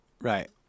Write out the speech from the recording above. Right